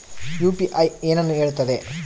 UPI ಏನನ್ನು ಹೇಳುತ್ತದೆ?